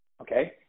Okay